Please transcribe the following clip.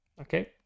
Okay